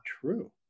true